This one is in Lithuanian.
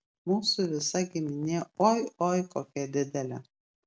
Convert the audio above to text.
mūsų visa giminė oi oi kokia didelė